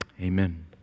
amen